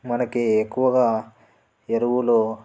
మనకి ఎక్కువగా ఎరువులు